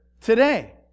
today